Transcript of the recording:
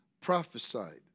prophesied